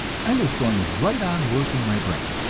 i was going right on working my brain.